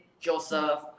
Joseph